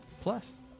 Plus